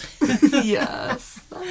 Yes